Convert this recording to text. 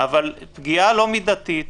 לא נאשר להם.